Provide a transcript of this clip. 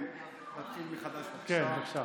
נתחיל מחדש, בבקשה.